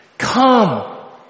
Come